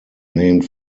named